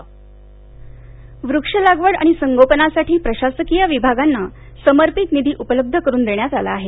मुनगंटीवार वृक्ष लागवड आणि संगोपनासाठी प्रशासकीय विभागांना समर्पित निघी उपलव्ध करून देण्यात आला आहे